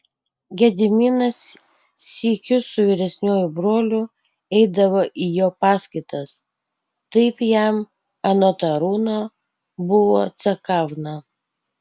gediminas sykiu su vyresniuoju broliu eidavo į jo paskaitas taip jam anot arūno buvo cekavna